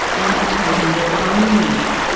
amputating their own ear,